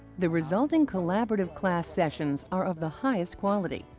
the resulting collaborative class sessions are of the highest quality,